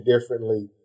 differently